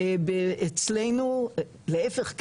כשאצלנו להיפך,